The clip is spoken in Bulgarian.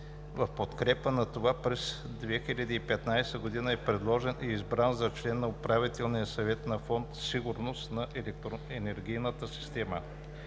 В подкрепа на това през 2015 г. е предложен и избран за член на управителния съвет на Фонд „Сигурност на електроенергийната система“.